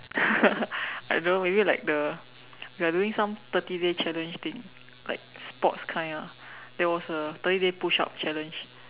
I don't know maybe like the we are doing some thirty day challenge thing like sports kind ah there was a thirty day push up challenge